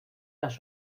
las